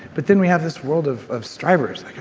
but then we have this world of of strivers. like